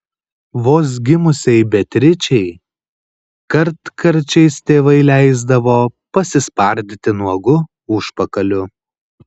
vos gimusiai beatričei kartkarčiais tėvai leisdavo pasispardyti nuogu užpakaliuku